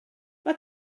mae